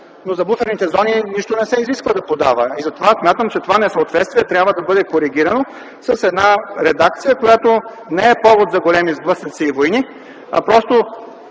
но за буферните зони нищо не се изисква да се подава. Затова смятам, че това несъответствие трябва да бъде коригирано с една редакция, която не е повод за големи сблъсъци и войни, а просто